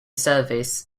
service